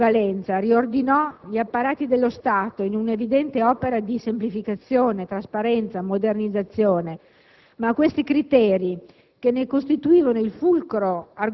Essa, nella sua complessità e polivalenza, riordinò gli apparati dello Stato in un'evidente opera di semplificazione, trasparenza e modernizzazione. Tuttavia, i criteri